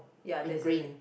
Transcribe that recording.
ya there's a l~